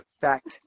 fact